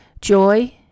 joy